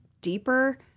deeper